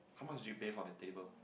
how much do you pay for the table